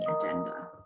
agenda